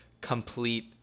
complete